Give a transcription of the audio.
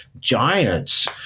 giants